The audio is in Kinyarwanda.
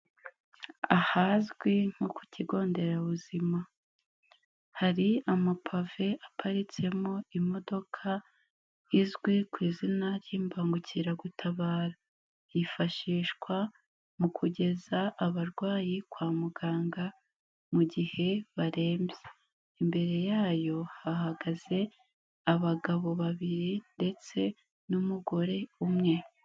Ahazwi nko ku kigo nderabuzima, hari amapave aparitsemo imodoka izwi ku izina ry'imbagukiragutabara, yifashishwa mu kugeza abarwayi kwa muganga mu gihe barembye, imbere yayo hahagaze abagabo babiri ndetse n'umugore umwe.